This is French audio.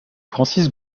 francis